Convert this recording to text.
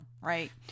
right